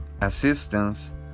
assistance